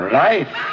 life